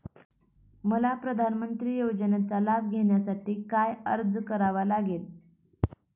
मला प्रधानमंत्री योजनेचा लाभ घेण्यासाठी काय अर्ज करावा लागेल?